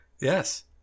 Yes